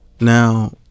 Now